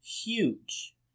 huge